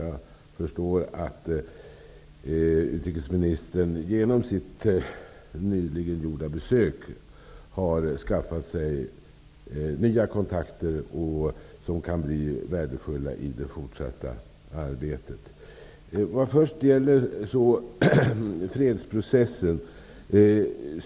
Jag förstår att utrikesministern genom sitt nyligen gjorda besök har skaffat sig nya kontakter som kan bli värdefulla i det fortsatta arbetet. Först till fredsprocessen.